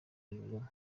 rurema